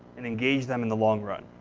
and engage them in the long run.